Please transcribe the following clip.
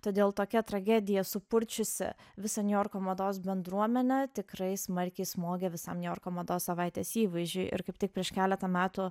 todėl tokia tragedija supurčiusi visą niujorko mados bendruomenę tikrai smarkiai smogė visam niujorko mados savaitės įvaizdžiui ir kaip tik prieš keletą metų